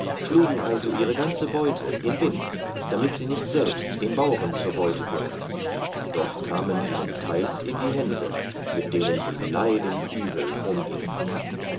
schlugen also ihre ganze beute in wind damit sie nicht selbst den bauren zur beute würden doch kamen ihnen teils in die hände mit denen sie leiden übel umgiengen